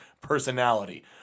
personality